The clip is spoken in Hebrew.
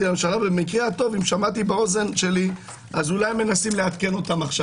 לממשלה ובמקרה הטוב אז אולי מנסים לעדכן אותם עכשיו.